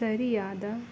ಸರಿಯಾದ